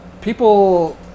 people